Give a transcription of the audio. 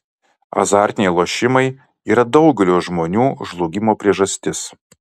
azartiniai lošimai yra daugelio žmonių žlugimo priežastis